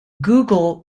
google